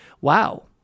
wow